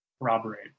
corroborate